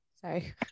Sorry